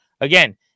again